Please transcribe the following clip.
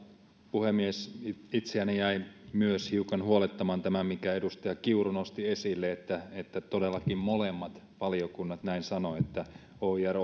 puhemies myös itseäni jäi hiukan huolettamaan tämä minkä edustaja kiuru nosti esille että että todellakin molemmat valiokunnat näin sanoivat että oir